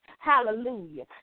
Hallelujah